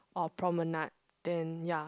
or Promenade then ya